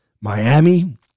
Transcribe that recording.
Miami